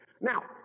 Now